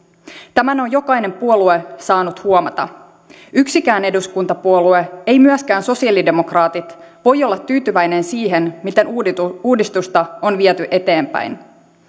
tämän on jokainen puolue saanut huomata yksikään eduskuntapuolue ei myöskään sosialidemokraatit ei voi olla tyytyväinen siihen miten uudistusta on viety eteenpäin